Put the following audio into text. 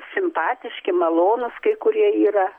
simpatiški malonūs kai kurie yra